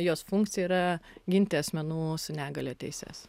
jos funkcija yra ginti asmenų su negalia teises